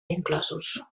inclosos